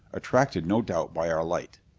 attracted no doubt by our light.